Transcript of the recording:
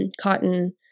cotton